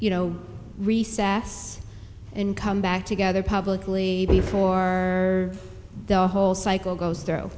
you know recess and come back together publicly before the whole cycle goes through